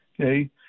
okay